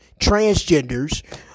transgenders